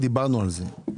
דיברנו על זה,